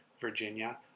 Virginia